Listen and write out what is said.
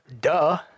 Duh